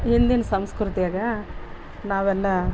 ಹಿಂದಿನ ಸಂಸ್ಕೃತಿಯಾಗ ನಾವೆಲ್ಲಾ